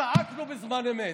זעקנו בזמן אמת,